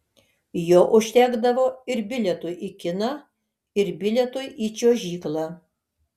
jo užtekdavo ir bilietui į kiną ir bilietui į čiuožyklą